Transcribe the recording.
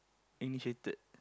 initiated